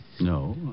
No